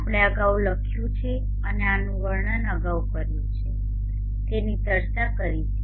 આપણે આ અગાઉ લખ્યું છે અને આનું વર્ણન અગાઉ કર્યું છે તેની ચર્ચા કરી છે